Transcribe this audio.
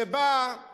שבאה